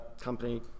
company